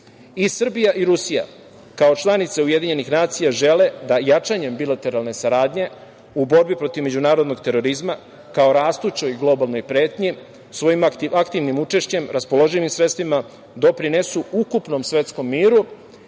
I Srbija i Rusija kao članice UN žele da jačanjem bilateralne saradnje u borbi protiv međunarodnog terorizma kao rastućoj globalnoj pretnji svojim aktivnim učešćem, raspoloživim sredstvima doprinesu ukupnom svetskom miru